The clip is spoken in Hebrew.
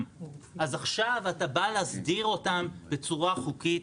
למה אתה משאיר אופציה?